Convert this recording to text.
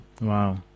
Wow